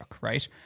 right